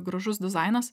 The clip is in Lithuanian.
gražus dizainas